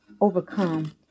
overcome